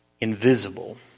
invisible